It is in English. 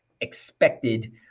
expected